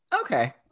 Okay